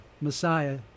Messiah